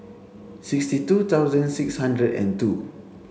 sixty two thousand six hundred and two